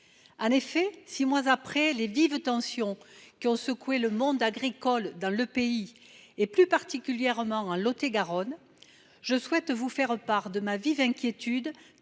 En effet, six mois après les vives tensions qui ont secoué le monde agricole dans le pays, plus particulièrement dans le Lot et Garonne, je souhaite vous faire part de ma vive inquiétude